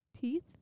teeth